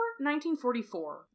1944